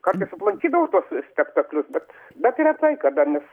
kartais aplankydavau tokius spektaklius bet bet retai kada nes